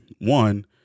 one